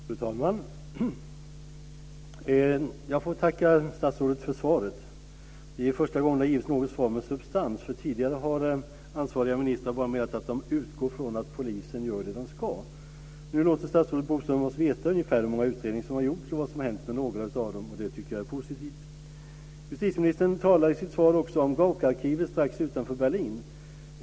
Fru talman! Jag får tacka statsrådet för svaret. Det är första gången det har givits något svar med substans, för tidigare har ansvariga ministrar bara menat att de utgår från att polisen gör det den ska. Nu låter statsrådet Bodström oss veta ungefär hur många utredningar som har gjorts och vad som har hänt med några av dem, och det tycker jag är positivt. Justitieministern talar i sitt svar också om Gauckarkivet strax utanför Berlin.